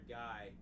guy